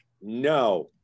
no